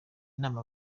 inama